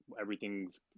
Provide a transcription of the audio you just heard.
everything's